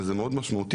וזה מאוד משמעותי,